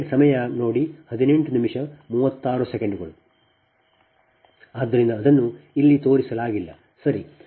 ಆದ್ದರಿಂದ ಅದನ್ನು ಇಲ್ಲಿ ತೋರಿಸಲಾಗಿಲ್ಲ ಸರಿ